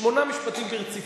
שמונה משפטים ברציפות,